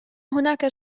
هناك